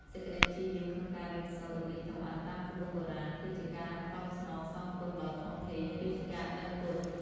សេចក្តីព្យាយាមក្នុងការរៀនសូត្ររបៀបចម្អិនតាមក្បួនបុរាណ គឺជាការតបស្នងសងគុណដ៏ធំធេង ឬជាការដឹងគុណ។